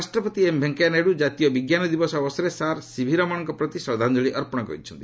ଉପରାଷ୍ଟ୍ରପତି ଏମ୍ ଭେଙ୍କିୟା ନାଇଡୁ ଜାତୀୟ ବିଜ୍ଞାନ ଦିବସ ଅବସରରେ ସାର୍ ସିଭି ରମଣଙ୍କ ପ୍ରତି ଶ୍ରଦ୍ଧାଞ୍ଚଳି ଅର୍ପଣ କରିଛନ୍ତି